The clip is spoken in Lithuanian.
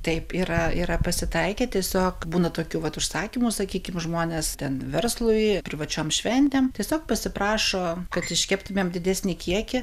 taip yra yra pasitaikę tiesiog būna tokių vat užsakymų sakykim žmonės ten verslui privačiom šventėm tiesiog pasiprašo kad iškeptumėm didesnį kiekį